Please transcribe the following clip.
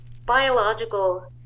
biological